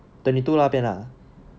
thirty two 那边 ah